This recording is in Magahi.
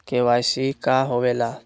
के.वाई.सी का होवेला?